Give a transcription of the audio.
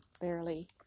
barely